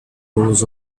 rows